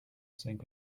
sink